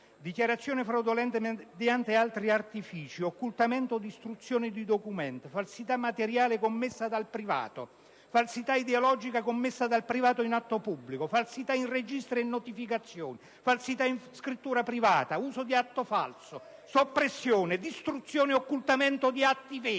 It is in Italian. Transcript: dichiarazione fraudolenta mediante altri artifici, occultamento o distruzione di documento; falsità materiale commessa dal privato; falsità ideologica commessa dal privato in atto pubblico; falsità in registri e notificazioni; falsità in scrittura privata; uso di atto falso; soppressione; distruzione e occultamento di atti veri;